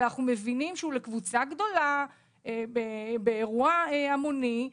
אלא מבינים שהוא לקבוצה גדולה באירוע המוני.